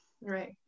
Right